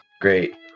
Great